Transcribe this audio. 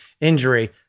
injury